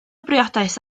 briodas